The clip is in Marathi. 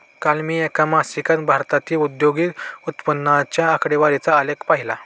काल मी एका मासिकात भारतातील औद्योगिक उत्पन्नाच्या आकडेवारीचा आलेख पाहीला